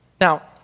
Now